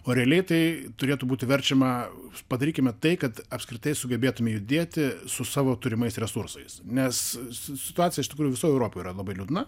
o realiai tai turėtų būti verčiama padarykime tai kad apskritai sugebėtume judėti su savo turimais resursais nes su situacija iš tikrųjų visoj europoj yra labai liūdna